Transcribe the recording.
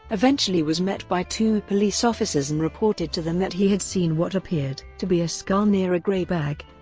eventually was met by two police officers and reported to them that he had seen what appeared to be a skull near a gray bag.